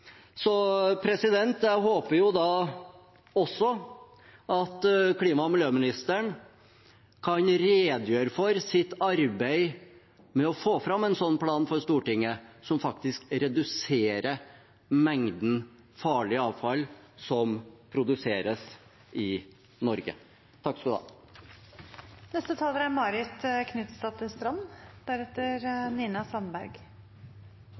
Jeg håper at klima- og miljøministeren kan redegjøre for sitt arbeid med å legge fram en plan for Stortinget som reduserer mengden farlig avfall som produseres i Norge. I arbeids- og ansvarsfordelingen mellom storting og regjering er